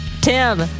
Tim